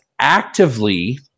actively